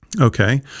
Okay